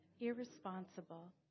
irresponsible